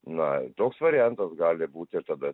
na toks variantas gali būti ir tada